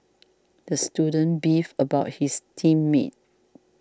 the student beefed about his team mates